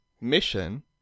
mission